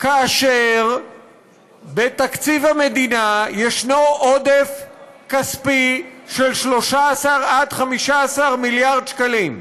כאשר בתקציב המדינה יש עודף כספי של 13 15 מיליארד שקלים?